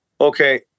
Okay